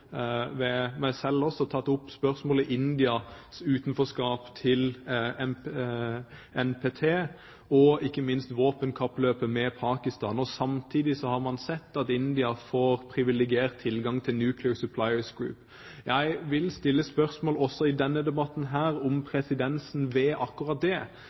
tatt opp spørsmålet om Indias utenforskap til NPT og ikke minst våpenkappløpet med Pakistan. Samtidig har man sett at India får privilegert tilgang til Nuclear Suppliers Group. Jeg vil stille spørsmål også i denne debatten om presedensen ved akkurat det.